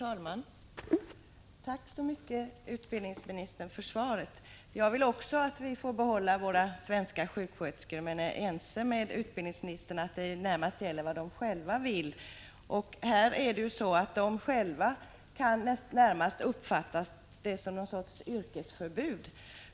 Fru talman! Tack så mycket, utbildningsministern, för svaret. Även jag vill att vi skall få behålla våra svenska sjuksköterskor, men jag är ense med utbildningsministern om att det främst är fråga om vad de själva vill. De kan själva närmast uppfatta det som om det är någon sorts yrkesförbud.